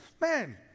Man